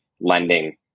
lending